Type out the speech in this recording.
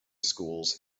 schools